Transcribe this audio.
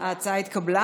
ההצעה התקבלה,